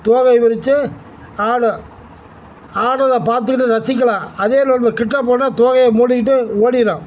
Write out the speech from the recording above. தோகையை விரித்து ஆடும் ஆடுறதை பார்த்துக்கிட்டு ரசிக்கலாம் அதே நம்ம கிட்ட போனால் தோகையை மூடிக்கிட்டு ஓடிடும்